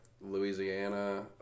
Louisiana